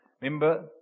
Remember